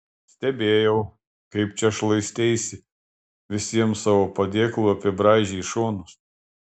stebėjau kaip čia šlaisteisi visiems savo padėklu apibraižei šonus